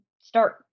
start